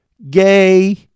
Gay